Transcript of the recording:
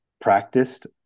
practiced